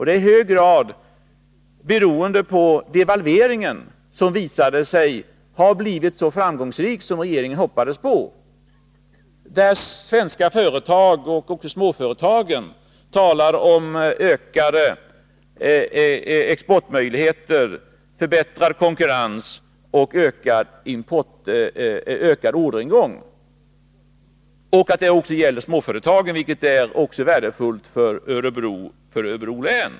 Det är i hög grad beroende på devalveringen, som har visat sig bli så framgångsrik som regeringen hoppades på. Svenska företag talar nu om ökade exportmöjligheter, förbättrad konkurrens och ökad orderingång. Det gäller också småföretagen, vilket är värdefullt för Örebro län.